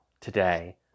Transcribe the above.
today